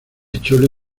chole